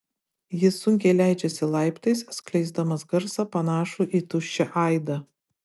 jis sunkiai leidžiasi laiptais skleisdamas garsą panašų į tuščią aidą